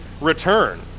return